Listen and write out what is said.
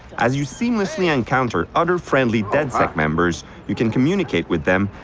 as you seamlessly encounter other friendly dedsec members, you can communicate with them,